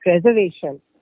preservation